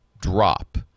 drop